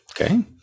Okay